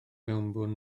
mewnbwn